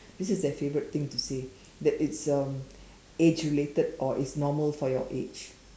this is their favorite thing to say that it's um age related or it's normal for your age